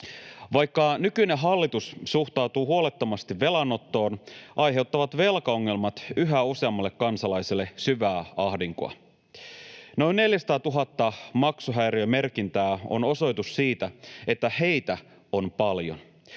Vaikka nykyinen hallitus suhtautuu huolettomasti velanottoon, aiheuttavat velkaongelmat yhä useammalle kansalaiselle syvää ahdinkoa. Noin 400 000 maksuhäiriömerkintää on osoitus siitä, että heitä on paljon.